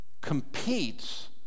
competes